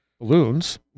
balloons